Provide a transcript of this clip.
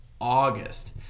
August